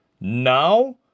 Now